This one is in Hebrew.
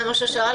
זה מה ששאלתי.